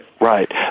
Right